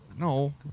No